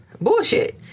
bullshit